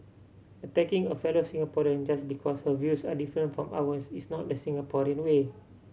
attacking a fellow Singaporean just because her views are different from ours is not the Singaporean way